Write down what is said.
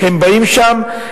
הם באים לשם,